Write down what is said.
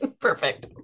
perfect